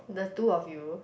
the two of you